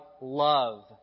love